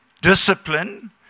discipline